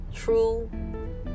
true